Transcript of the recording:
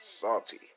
salty